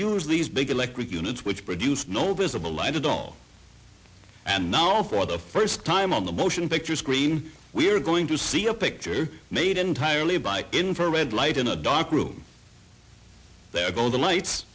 use these big electric units which produce no visible light at all and now for the first time on the motion picture screen we are going to see a picture made entirely by infrared light in a dark room there goes the light